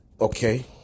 okay